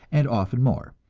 and often more.